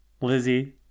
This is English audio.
Lizzie